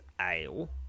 ale